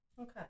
Okay